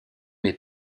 mes